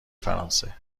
فرانسه